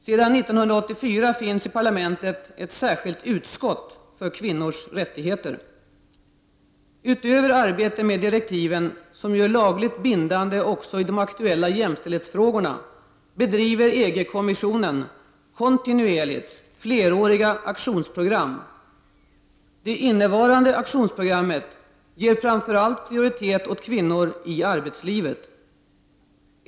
Sedan 1984 finns i parlamentet ett särskilt utskott för kvinnors rättigheter. Utöver arbetet med direktiven, som ju är lagligt bindande också i de aktuella jämställdhetsfrågorna, bedriver EG-kommissionen kontinuerligt fleråriga aktionsprogram. Det innevarande aktionsprogrammet ger framför allt prioritet åt kvinnor i arbetslivet.